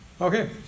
Okay